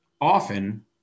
often